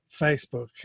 Facebook